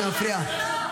אתה מפריע.